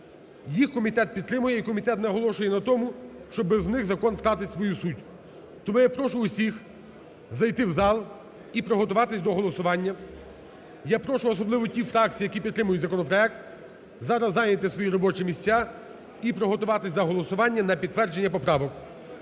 Їх комітет підтримує і комітет наголошує на тому, що без них закон втратить свою суть. Тому я прошу усіх зайти в зал і приготуватись до голосування. Я прошу, особливо ті фракції, які підтримують законопроект зараз зайняти свої робочі місця і приготуватись до голосування на підтвердження поправок.